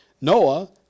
Noah